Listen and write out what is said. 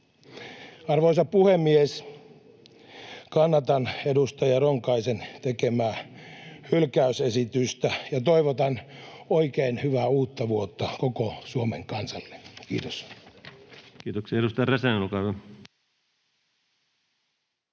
Arvoisa puhemies! Kannatan edustaja Ronkaisen tekemää hylkäysesitystä ja toivotan oikein hyvää uutta vuotta koko Suomen kansalle. — Kiitos. Kiitoksia. — Edustaja Räsänen,